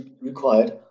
required